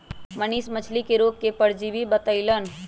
मनीष मछ्ली के रोग के परजीवी बतई लन